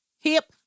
hip